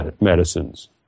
medicines